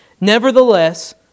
Nevertheless